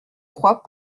crois